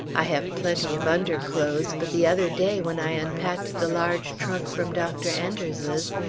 i have plenty of underclothes, but the other day, when i unpacked the large trunk from dr. enders's,